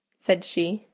said she,